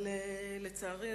אבל לצערי,